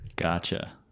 gotcha